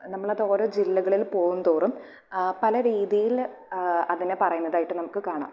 നമ്മളത് ഓരോ ജില്ലകളിൽ പോകുന്തോറും പല രീതിയിൽ അതിനെ പറയുന്നതായിട്ട് നമുക്ക് കാണാം